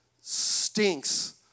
stinks